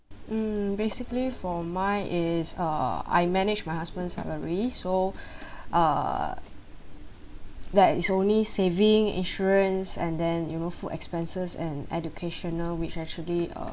hmm basically for mine is uh I manage my husband's salary so uh that is only saving insurance and then you know food expenses and educational which actually uh